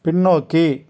பின்னோக்கி